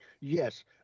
Yes